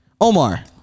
Omar-